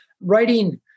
writing